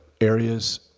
areas